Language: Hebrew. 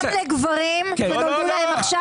בסעיף 36(2), סעיף 28א(ג2),